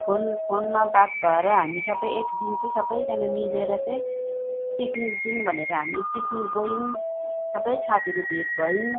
phone फोनमाा बात भएर हामी सबै एकदिन चाहिँ सबैजना मिलेर चाहिँ पिकनिक जौँ भनेर हामी पिकनिक गयौँ सबै साथीहरू भेट भयौँ